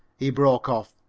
he broke off,